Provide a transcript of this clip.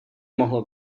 mohlo